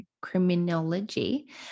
criminology